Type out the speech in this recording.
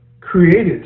created